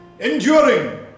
enduring